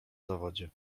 zawodzie